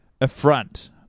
affront